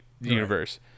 Universe